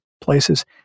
places